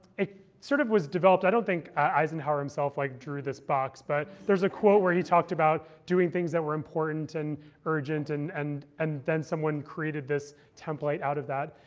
it sort of was developed i don't think eisenhower himself like drew this box. but there's a quote where he talked about doing things that were important and urgent. and and and then someone created this template out of that.